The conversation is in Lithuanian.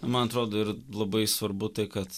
man atrodo ir labai svarbu tai kad